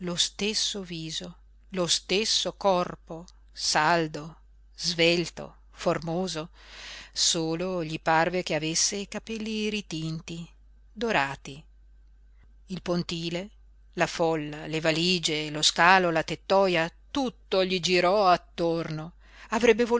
lo stesso viso lo stesso corpo saldo svelto formoso solo gli parve che avesse i capelli ritinti dorati il pontile la folla le valige lo scalo la tettoja tutto gli girò attorno avrebbe